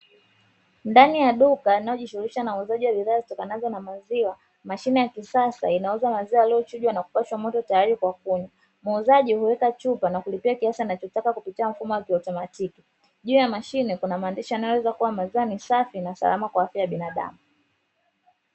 Ndani ya duka linalojishughulisha na shughuli ya uuzaji wa bidhaa za maziwa, mashine ya kisasa inauza maziwa yalilyo chujwa na kupashwa moto tayari kwa kunywa. Muuzaji huweka chupa na kulipia kiasi anachotaka kupitia mfumo wa kiotomatiki, juu ya mashine maandishi yanayoelezea kuwa maziwa ni safi na salama kwa afya ya binadamu.